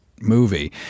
movie